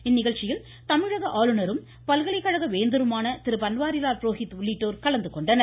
இந்நிகழ்ச்சியில் தமிழக ஆளுநரும் பல்கலைக்கழக வேந்தருமான பன்வாரிலால் புரோஹித் உள்ளிட்டோர் கலந்து கொண்டனர்